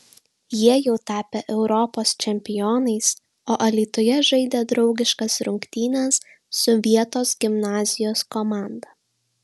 jie jau tapę europos čempionais o alytuje žaidė draugiškas rungtynes su vietos gimnazijos komanda